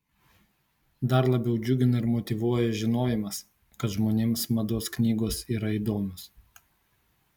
dar labiau džiugina ir motyvuoja žinojimas kad žmonėms mados knygos yra įdomios